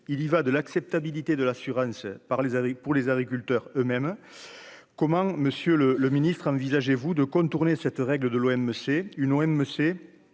il y va de l'acceptabilité de l'assurance par les aveugles pour les agriculteurs eux-mêmes comment Monsieur le le ministre, envisagez-vous de contourner cette règle de l'OMC